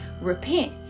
Repent